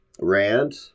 rant